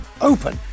open